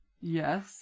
Yes